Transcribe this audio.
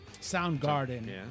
Soundgarden